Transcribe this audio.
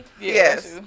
Yes